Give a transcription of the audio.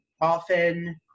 often